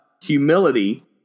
humility